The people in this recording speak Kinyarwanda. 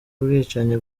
ubwicanyi